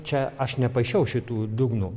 čia aš neprašiau šitų dugnų